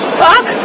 fuck